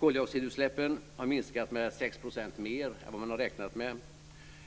Koldioxidutsläppen har minskat med 6 % mer än vad man har räknat med,